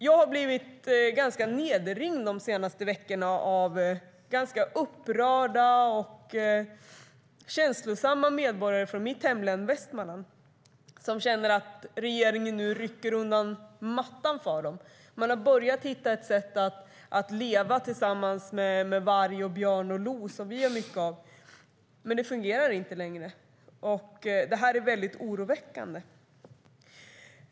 Jag har blivit ganska nedringd de senaste veckorna av rätt upprörda och känslosamma medborgare från mitt hemlän Västmanland som känner att regeringen nu rycker undan mattan för dem. De har börjat hitta ett sätt att leva tillsammans med varg, björn och lo, som vi har mycket av, men det fungerar inte längre. Det är väldigt oroväckande.